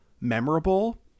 memorable